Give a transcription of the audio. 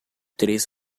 três